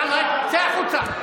יאללה, צא החוצה,